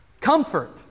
Comfort